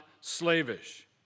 slavish